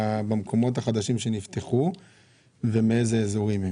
במקומות החדשים שנפתחו ומאיזה אזורים הם?